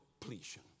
completion